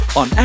on